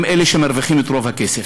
הם אלה שמרוויחים את רוב הכסף.